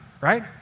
right